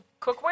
cookware